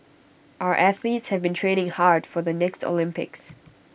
our athletes have been training hard for the next Olympics